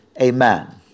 amen